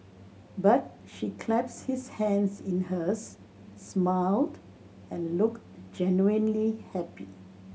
but she clasped his hands in hers smiled and looked genuinely happy